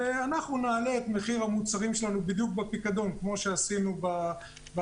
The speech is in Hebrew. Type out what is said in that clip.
ואנחנו נעלה את מחיר המוצרים שלנו בדיוק בפיקדון כמו שעשינו במשקאות